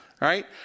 right